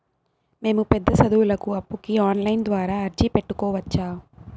మేము పెద్ద సదువులకు అప్పుకి ఆన్లైన్ ద్వారా అర్జీ పెట్టుకోవచ్చా?